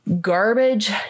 garbage